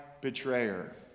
betrayer